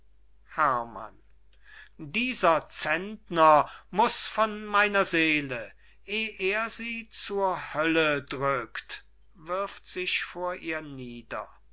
herrmann dieser zentner muß von meiner seele eh er sie zur hölle drückt wirft sich vor ihr nieder